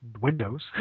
Windows